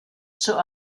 zur